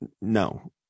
no